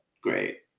great